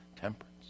temperance